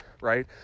right